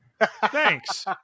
Thanks